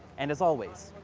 and as always,